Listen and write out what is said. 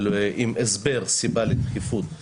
עם הסבר סיבה לדחיפות לשגרירות,